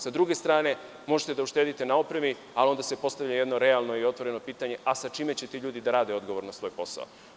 Sa druge strane, možete da uštedite na opremi, a onda se postavlja pitanje, jedno realno i otvoreno pitanje, sa čime će ti ljudi da rade odgovorno svoj posao.